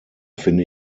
finde